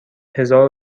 هزار